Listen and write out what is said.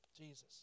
Jesus